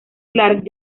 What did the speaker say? clark